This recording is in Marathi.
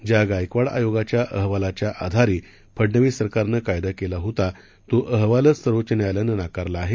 ज्या गायकवाड आयोगाच्या आहवालाच्या आधारे फडनवीस सरकारनं कायदा केला होता तो अहवालच सर्वोच्च न्यायालयानं नाकारला आहे